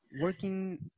working